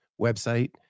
website